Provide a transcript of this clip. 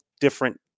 different